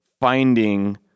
finding